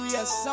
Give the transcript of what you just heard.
Yes